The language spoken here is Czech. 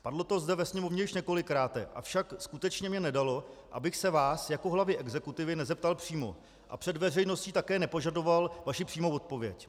Padlo to zde ve Sněmovně již několikrát, avšak skutečně mi nedalo, abych se vás jako hlavy exekutivy nezeptal přímo a před veřejností také nepožadoval vaši přímou odpověď.